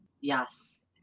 Yes